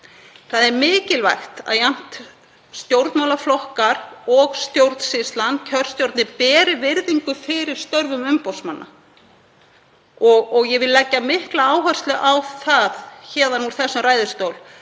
Það er mikilvægt að jafnt stjórnmálaflokkar og stjórnsýslan, kjörstjórnir, beri virðingu fyrir störfum umboðsmanna. Ég vil leggja mikla áherslu á það héðan úr þessum ræðustól